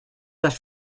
les